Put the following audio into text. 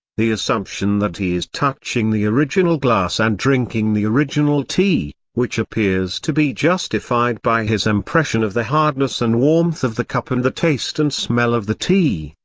the assumption that he is touching the original glass and drinking the original tea, which appears to be justified by his impression of the hardness and warmth of the cup and the taste and smell of the tea,